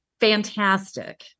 fantastic